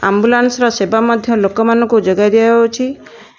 ଆମ୍ବୁଲାନ୍ସର ସେବା ମଧ୍ୟ ଲୋକମାନଙ୍କୁ ଯୋଗାଇ ଦିଆଯାଉଛି